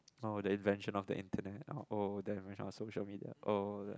oh the invention of internet oh the invention of social media oh